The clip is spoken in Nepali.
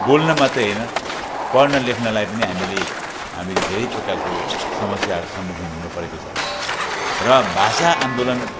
बोल्न मात्रै होइन पढ्न लेख्नलाई पनि हामीले हामीले धेरै प्रकारको समस्याहरूको सम्मुखीन हुनपरेको छ र भाषा आन्दोलन